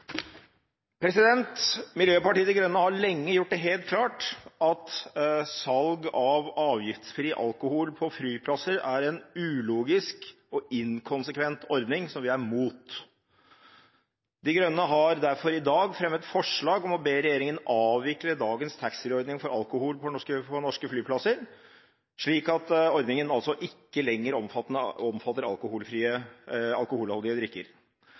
Miljøpartiet De Grønne har lenge gjort det helt klart at salg av avgiftsfri alkohol på flyplasser er en ulogisk og inkonsekvent ordning som vi er imot. Miljøpartiet De Grønne har derfor i dag fremmet forslag om å be regjeringen avvikle dagens taxfree-ordning for alkohol på norske flyplasser, slik at ordningen ikke lenger omfatter alkoholholdige drikker.